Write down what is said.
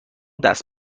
دست